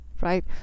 right